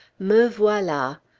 me voila.